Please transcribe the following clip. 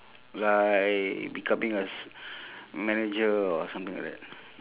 like becoming a s~ manager or something like that